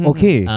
Okay